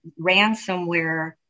ransomware